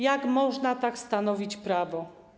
Jak można tak stanowić prawo?